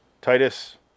Titus